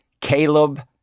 Caleb